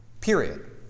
Period